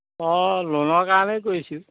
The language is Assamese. অঁ লোনৰ কাৰণেই কৰিছিল